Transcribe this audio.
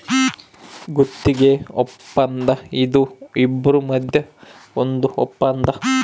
ಗುತ್ತಿಗೆ ವಪ್ಪಂದ ಇದು ಇಬ್ರು ಮದ್ಯ ಒಂದ್ ವಪ್ಪಂದ